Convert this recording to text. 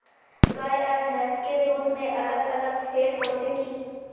गाय आर भैंस के दूध में अलग अलग फेट होचे की?